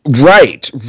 Right